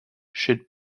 should